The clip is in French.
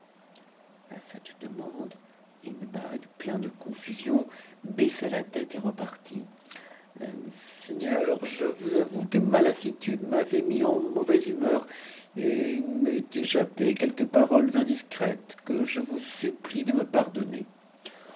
a cette demande hindbad plein de confusion baissa latéte et repartit seigneur je vous avoue que ma lassitude m'avait mis en mauvaise humeur et il m'est échappé quelques paroles indiscrètes que je vous supplie de me pardonner